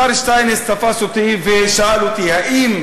השר שטייניץ תפס אותי ושאל אותי: האם